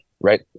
right